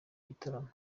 bitaramo